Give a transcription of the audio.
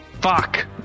Fuck